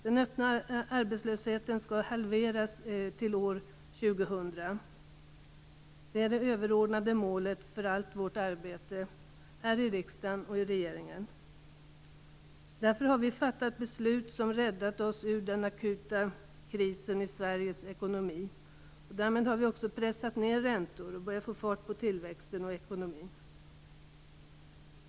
Den öppna arbetslösheten skall halveras till år 2000. Det är det överordnade målet för allt vårt arbete här i riksdagen och i regeringen. Därför har vi fattat beslut som räddat oss ur den akuta krisen i Sveriges ekonomi. Därmed har vi också pressat ned räntor och börjat få fart på tillväxten och ekonomin.